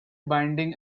binding